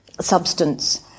substance